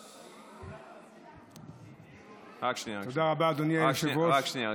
רק שנייה, רק שנייה.